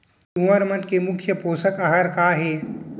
सुअर मन के मुख्य पोसक आहार का हे?